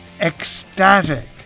ecstatic